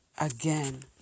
again